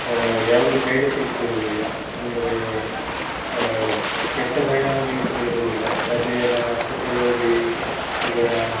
ಯಾವುದೇ side effects ಇರುವುದಿಲ್ಲ ಅಂದರೆ ಕೆಟ್ಟ ಪರಿಣಾಮಗಳು ಕೂಡ ಇರುವುದಿಲ್ಲ ಅದೇ ನಾವು ಆಸ್ಪತ್ರೆಗೆ ಹೋಗಿ ಈಗ